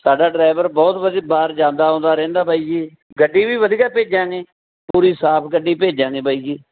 ਸਾਡਾ ਡਰਾਈਵਰ ਬਹੁਤ ਵਰੀ ਬਾਹਰ ਜਾਂਦਾ ਆਉਂਦਾ ਰਹਿੰਦਾ ਬਾਈ ਜੀ ਗੱਡੀ ਵੀ ਵਧੀਆ ਭੇਜਾਂਗੇ ਪੂਰੀ ਸਾਫ਼ ਗੱਡੀ ਭੇਜਾਂਗੇ ਬਾਈ ਜੀ